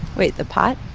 wait, the pot?